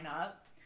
up